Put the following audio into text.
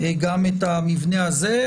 גם את המבנה הזה,